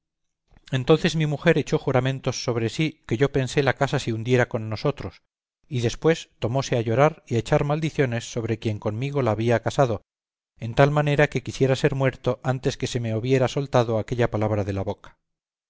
entonces mi mujer echó juramentos sobre sí que yo pensé la casa se hundiera con nosotros y después tomóse a llorar y a echar maldiciones sobre quien comigo la había casado en tal manera que quisiera ser muerto antes que